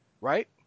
right